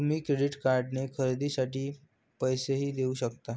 तुम्ही क्रेडिट कार्डने खरेदीसाठी पैसेही देऊ शकता